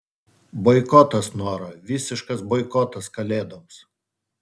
boikotas nora visiškas boikotas kalėdoms